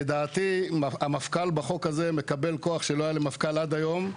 לדעתי בחוק הזה המפכ"ל מקבל כוח שלא היה למפכ"ל עד היום,